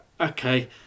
okay